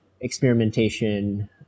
experimentation